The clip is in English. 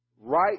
Right